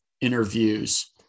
interviews